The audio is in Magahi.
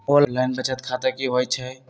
ऑनलाइन बचत खाता की होई छई?